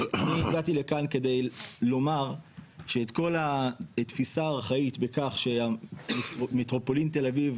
אני הגעתי לכאן כדי לומר שאת כל התפיסה הארכאית בכך שמטרופולין תל אביב